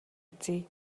үзье